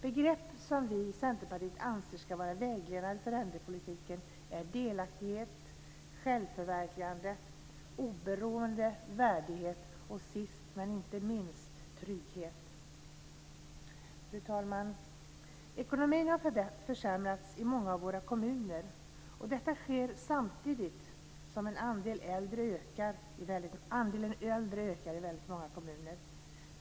Begrepp som vi i Centerpartiet anser ska vara vägledande för äldrepolitiken är delaktighet, självförverkligande, oberoende, värdighet och sist men inte minst trygghet. Fru talman! Ekonomin har försämrats i många av våra kommuner, och detta sker samtidigt som andelen äldre ökar i väldigt många kommuner.